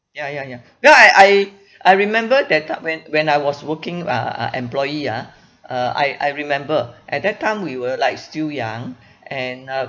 ya ya ya then I I I remember that time when when I was working uh uh employee ya uh I I remember at that time we were like still young and uh